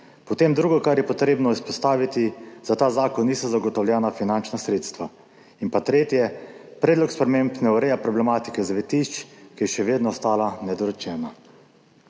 Potem drugo, kar je potrebno izpostaviti, za ta zakon niso zagotovljena finančna sredstva. In pa tretje, predlog sprememb ne ureja problematike zavetišč, ki je še vedno ostala nedorečena,«